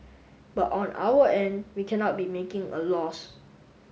but on our end we cannot be making a loss